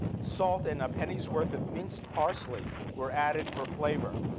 salt and a penny's worth of minced parsley were added for flavor.